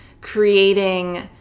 creating